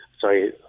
Sorry